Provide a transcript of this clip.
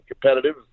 competitive